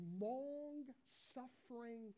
long-suffering